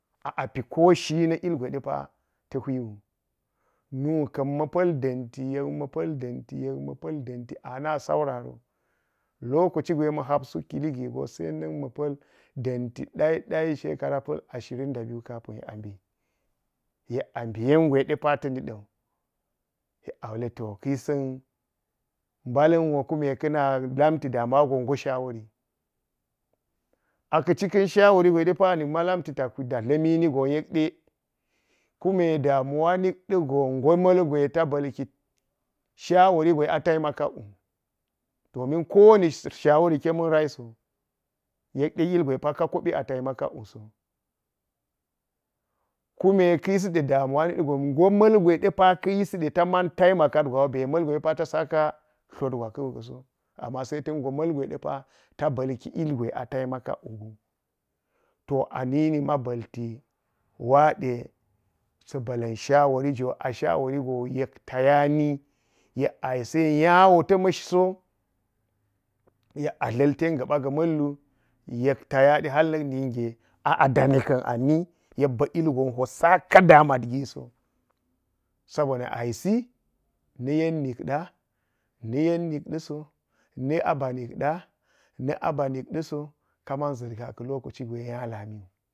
koshi wi na̱ ilgwe de paa̱ hwiwu nu ka̱n mapa̱l da̱nti yek mapa̱l danki – yek mapa̱l danki ana sauraro. Lokaci gwe ma̱ hap suk kili gi go se na̱k ma̱ pa̱l da̱nti daidai shekara asirin da biyu, kapa̱n yek a mbi yek bi yen gwe de pa ta mbukan wu. yek wule to ka yisau mba̱la̱n wo kunde de pa ka̱ lanti damuwa go go shawor a ka̱ cika̱n shawari gwe de pa ka̱ na̱ lamti ta dla̱mi ni go yekde kume damuwa nikɗa go – go ma̱lgwe de pa ta ba̱lki shawori gwe a tainakakwu domin kowani shawarika ma̱n rai so. Yek de ilgwe de pa ka kobi a taimakakso. Kume laa yisi de da muwa na̱k ɗa go ma̱l gwe de pa taman taimakat gwa wu be ma̱lgwe de pa ta kara flot gwa so wu so sai ta̱k go ma̱lgwe de pa ta ba̱lki a taima kala wu. to anini ma mbol waa ɗe sa̱ ba̱la̱n shwori jwo ashori go, yek ta yani yek a yisi de nya wo ta̱ ma̱sh soi yek a dla̱l ten ga̱ba ga̱ ma̱llu yek taya ɗe hal ni nige – a danni a ni yek ba̱ ilgon po saka – damat giso. Sa bonna a yisi na yen na̱k ɗa na̱ yen na̱k ɗa so, na abana̱k ɗa na̱ a ba na̱k ɗa so, kaman ʒa̱t ga ka̱ lokaci gwe nya kamiwu.